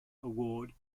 award